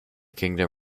kingdom